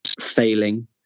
failing